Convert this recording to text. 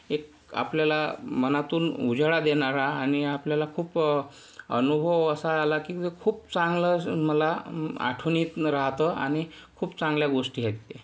एक आपल्याला मनातून उजाळा देणारा आणि आपल्याला खूप अनुभव असा आला की खूप चांगला मला आठवणीत राहतं आणि खूप चांगल्या गोष्टी आहेत त्या